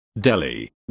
Delhi